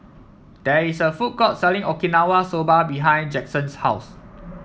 there is a food court selling Okinawa Soba behind Jackson's house